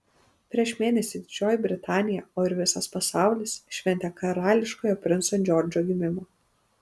prieš mėnesį didžioji britanija o ir visas pasaulis šventė karališkojo princo džordžo gimimą